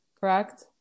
correct